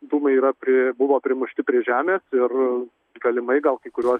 dūmai yra pri buvo primušti prie žemės ir galimai gal kai kuriuose